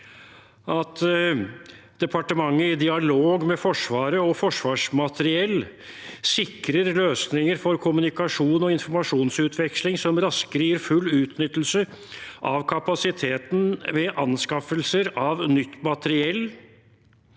Forsvaret – i dialog med Forsvaret og Forsvarsmateriell sikrer løsninger for kommunikasjon og informasjonsutveksling som raskere gir full utnyttelse av kapasiteter ved anskaffelser av nytt materiell